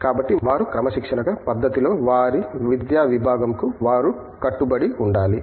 కాబట్టి వారు క్రమశిక్షణా పద్ధతిలో వారి విద్యా విభాగం కు వారు కట్టుబడి ఉండాలి